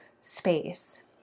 space